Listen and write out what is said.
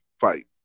fight